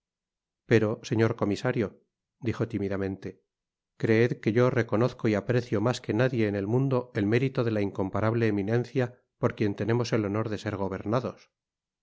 pero señor comisario dijo tímidamente creed que yo reconozco y aprecio mas que nadie en el mundo el mérito de la incomparable eminencia por quien tenemos el honor de ser gobernados